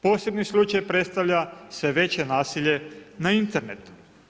Posebni slučaj predstavlja sve veće nasilje na internetu.